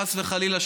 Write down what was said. חס וחלילה,